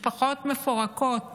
משפחות מפורקות